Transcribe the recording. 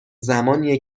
زمانیه